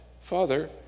Father